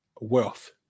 wealth